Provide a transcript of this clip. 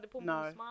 No